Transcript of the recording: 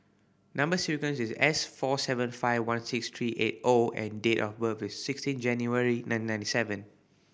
number sequence is S four seven five one six three eight O and date of birth is sixteen January nineteen ninety seven